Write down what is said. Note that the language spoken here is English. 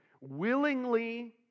Willingly